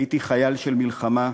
הייתי חייל של מלחמה,